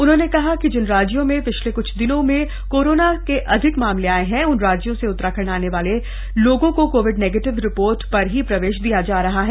उन्होंने कहा कि जिन राज्यों में पिछले क्छ दिनों में कोरोना के अधिक मामले आये उन राज्यों से उत्तराखण्ड आने वाले लोगों को कोविड नेगेटिव रिपोर्ट लाने पर ही प्रवेश दिया जा रहा है